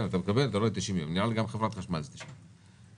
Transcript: נדמה לי שגם בחברת החשמל זה 90 ימים.